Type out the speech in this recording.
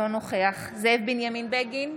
אינו נוכח זאב בנימין בגין,